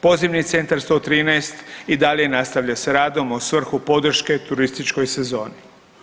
Pozivni centar 113 i dalje nastavlja sa radom u svrhu podrške turističkoj sezoni.